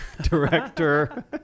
Director